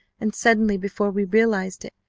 and suddenly, before we realized it,